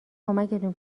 کمکتون